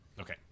Okay